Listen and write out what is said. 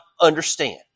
understand